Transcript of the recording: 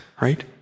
right